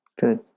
good